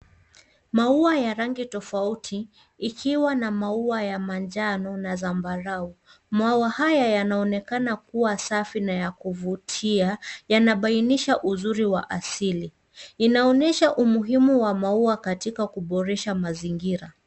Maua ya rangi tofauti, ikiwa na maua ya manjano na zambarau. Maua haya yanaonekana kuwa safi na ya kuvutia yanabainisha uzuri wa asili. Inaonyesha umuhimu wa maua katika kuboresha mazingira.